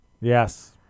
Yes